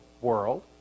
world